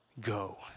go